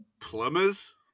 Plumbers